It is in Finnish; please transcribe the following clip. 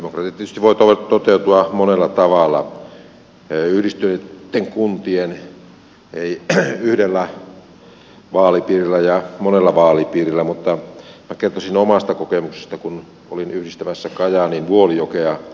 demokratia tietysti voi toteutua monella tavalla yhdistyneitten kuntien yhdellä vaalipiirillä ja monella vaalipiirillä mutta minä kertoisin omasta kokemuksesta kun olin yhdistämässä kajaaniin vuolijokea